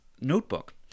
notebook